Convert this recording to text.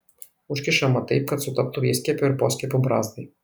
užkišama taip kad sutaptų įskiepio ir poskiepio brazdai